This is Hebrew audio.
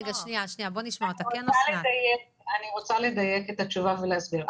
אני רוצה לדייק את התשובה ולהסביר.